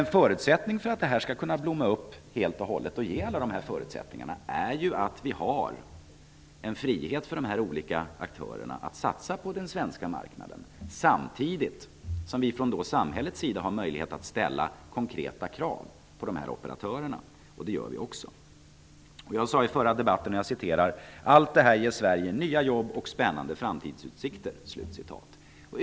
En förutsättning för att marknaden skall kunna blomma upp helt och hållet och för att man skall kunna skapa alla dessa förutsättningar är att det finns en frihet för de olika aktörerna att satsa på den svenska marknaden, samtidigt som vi från samhällets sida har möjlighet att ställa konkreta krav på operatörerna. Det gör vi också. Jag sade i förra debatten att allt det här ger Sverige nya jobb och spännande framtidsutsikter.